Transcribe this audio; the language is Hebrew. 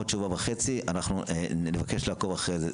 עוד שבוע וחצי אנחנו נבקש לעקוב אחרי זה.